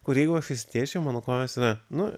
kur jeigu aš išsitiesčiau mano kojos yra nu